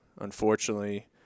Unfortunately